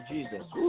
Jesus